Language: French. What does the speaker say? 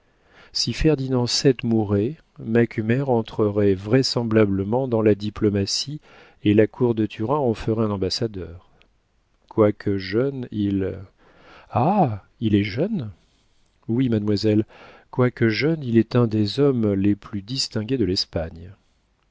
si ferdinand vii mourait macumer entrerait vraisemblablement dans la diplomatie et la cour de turin en ferait un ambassadeur quoique jeune il ah il est jeune oui mademoiselle quoique jeune il est un des hommes les plus distingués de l'espagne